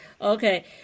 okay